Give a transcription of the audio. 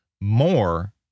more